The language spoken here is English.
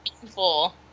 painful